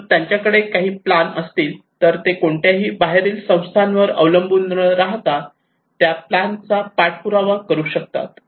म्हणून जर त्यांच्याकडे काही प्लान असतील तर ते कोणत्याही बाहेरील संस्थांवर अवलंबून न राहता त्या प्लान चा पाठपुरावा करू शकतात